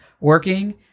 working